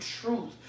truth